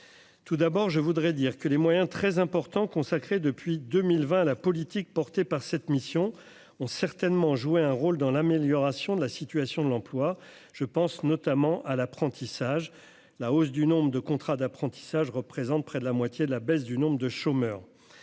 tout d'abord je voudrais dire que les moyens très important consacré depuis 2020 à la politique portée par cette mission ont certainement joué un rôle dans l'amélioration de la situation de l'emploi, je pense notamment à l'apprentissage, la hausse du nombre de contrats d'apprentissage représentent près de la moitié de la baisse du nombre de chômeurs,